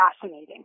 fascinating